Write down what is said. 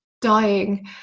dying